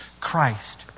Christ